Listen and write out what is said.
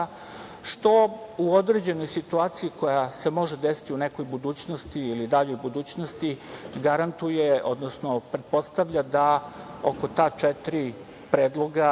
što u određenoj situaciji koja se može desiti u nekoj budućnosti ili daljoj budućnosti garantuje, odnosno pretpostavlja da oko ta četiri predloga,